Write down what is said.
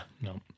no